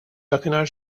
dakinhar